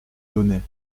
données